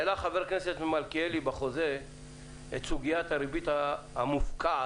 העלה ח"כ מלכיאלי בחוזה את סוגיית הריבית המופקעת